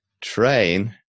train